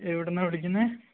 എവിടെ നിന്നാണു വിളിക്കുന്നത്